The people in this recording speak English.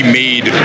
made